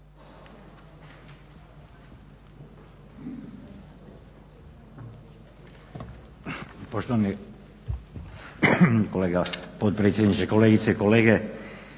Poštovani kolega potpredsjedniče, kolegice i kolege.